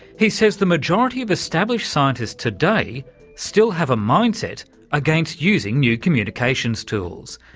he says the majority of established scientists today still have a mindset against using new communications tools.